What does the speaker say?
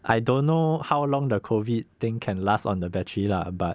I don't know how long the COVID thing can last on the battery lah but